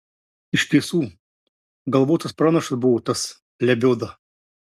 iš tiesų galvotas pranašas buvo tas lebioda